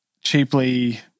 cheaply